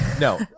No